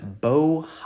Bo